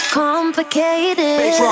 complicated